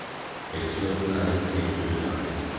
a slow cumyng came to his eyes,